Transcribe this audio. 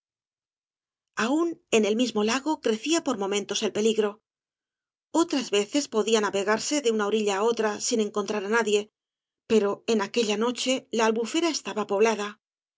aun en el mismo lago crecía por momentos el peligro otras veces podía navegarse de una orilla á otra sin encontrar á nadie pero en aquella noche la albufera estaba poblada